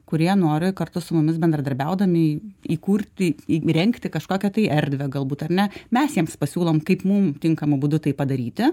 kurie nori kartu su mumis bendradarbiaudami įkurti įrengti kažkokią tai erdvę galbūt ae ne mes jiems pasiūlom kaip mum tinkamu būdu tai padaryti